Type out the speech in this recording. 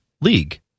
League